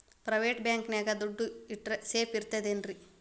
Private bank ನ್ಯಾಗ್ ದುಡ್ಡ ಇಟ್ರ ಸೇಫ್ ಇರ್ತದೇನ್ರಿ?